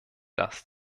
das